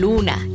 Luna